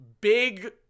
big